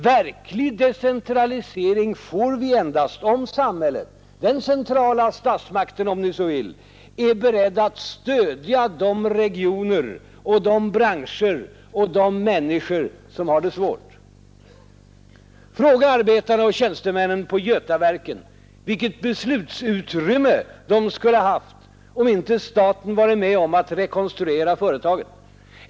Verklig decentralisering får vi endast om samhället — den centrala statsmakten, om ni så vill — är beredd att stödja de regioner och de branscher och de människor som har det svårt. Fråga arbetarna och tjänstemännen på Götaverken vilket beslutsutrymme de skulle ha haft om inte staten varit med om att rekonstruera företaget!